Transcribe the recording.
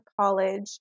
college